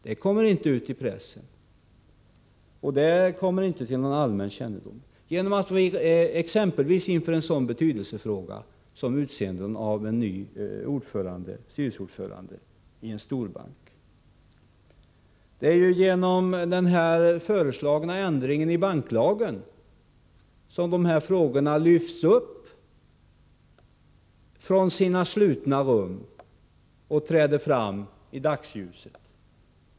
Dessa kontakter — exempelvis inför en sådan betydelsefull fråga som utseendet av en ny styrelseordförande i en storbank — kommer inte ut i pressen eller till allmänhetens kännedom. Det är genom den nu föreslagna ändringen i banklagen som dessa frågor lyfts ut från de slutna rummen och träder fram i dagsljuset.